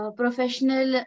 professional